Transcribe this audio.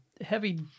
heavy